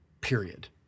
period